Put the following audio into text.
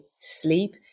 sleep